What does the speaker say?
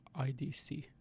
IDC